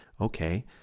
Okay